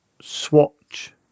Swatch